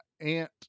aunt